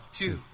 two